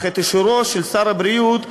אך את אישורו של שר הבריאות,